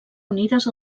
unides